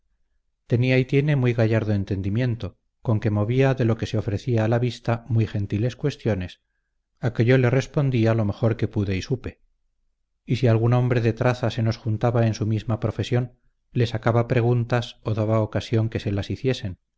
tenía y tiene muy gallardo entendimiento con que movía de lo que se ofrecía a la vista muy gentiles cuestiones a que yo le respondía lo mejor que pude y supe y si algún hombre de traza se nos juntaba de su misma profesión le sacaba preguntas o daba ocasión que se las hiciesen